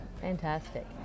Fantastic